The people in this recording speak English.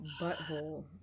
butthole